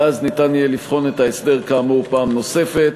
ואז ניתן יהיה לבחון את ההסדר, כאמור, פעם נוספת.